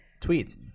tweet